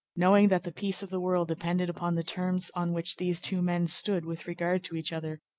knowing that the peace of the world depended upon the terms on which these two men stood with regard to each other,